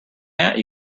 hat